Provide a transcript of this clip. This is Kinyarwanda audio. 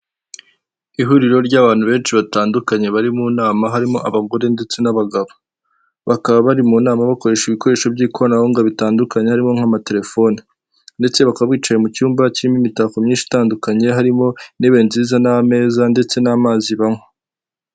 Ihuriro ry'abantu benshi batandukanye bari mu nama harimo abagore ndetse n'abagabo. Bakaba bari mu nama bakoresha ibikoresho by'ikoranabuhanga bitandukanye harimo nk'amaterefoni ndetse bakaba bicaye mu cyumba kirimo imitako myinshi itandukanye harimo intebe nziza n'ameza ndetse n'amazi banywa.